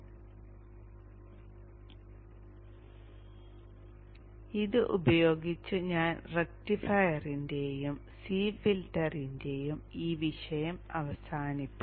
അതിനാൽ ഇത് ഉപയോഗിച്ച് ഞാൻ റക്റ്റിഫയറിന്റെയും സി ഫിൽട്ടറിന്റെയും ഈ വിഷയം അവസാനിപ്പിക്കും